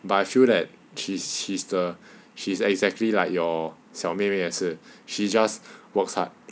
but I feel that she's she's she is exactly like your 小妹妹也是 she just works hard